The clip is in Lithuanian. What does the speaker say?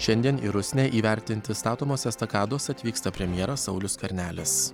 šiandien į rusnę įvertinti statomos estakados atvyksta premjeras saulius skvernelis